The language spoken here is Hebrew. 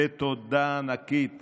ותודה ענקית